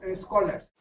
scholars